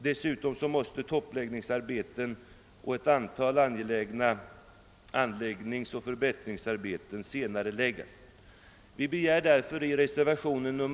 Dessutom måste toppbeläggningsarbeten och ett antal angelägna omläggningsoch förbättringsarbeten senarcläggas. I reservationen 2?